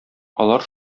алар